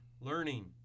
Learning